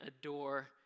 adore